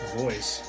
voice